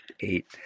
eight